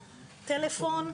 טלפון,